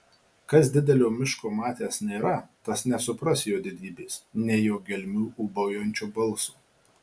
kas didelio miško matęs nėra tas nesupras jo didybės nei jo gelmių ūbaujančio balso